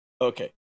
Okay